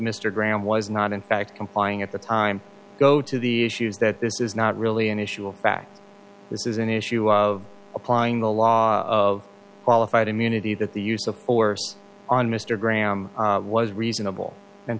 graham was not in fact complying at the time go to the issues that this is not really an issue of fact this is an issue of applying the law of qualified immunity that the use of force on mr graham was reasonable and